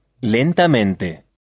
lentamente